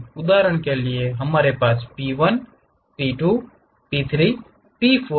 उदाहरण के लिए हमारे पास P 1 P 2 P 3 P 4 है